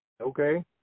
Okay